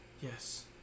Yes